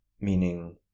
meaning